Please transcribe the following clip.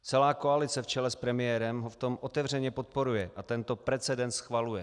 Celá koalice v čele s premiérem ho v tom otevřeně podporuje a tento precedent schvaluje.